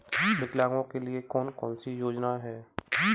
विकलांगों के लिए कौन कौनसी योजना है?